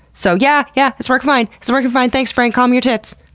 so, yeah, yeah! it's working fine! so working fine! thanks frank! calm your tits!